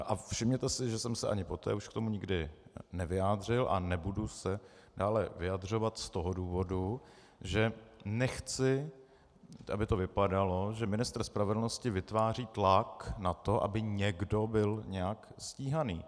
A všimněte si, že jsem se ani poté už k tomu nikdy nevyjádřil a nebudu se dále vyjadřovat z toho důvodu, že nechci, aby to vypadalo, že ministr spravedlnosti vytváří tlak na to, aby někdo byl nějak stíhaný.